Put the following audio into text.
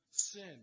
Sin